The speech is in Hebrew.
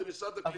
זה משרד הקליטה.